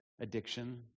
addiction